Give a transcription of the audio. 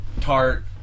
tart